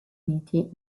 uniti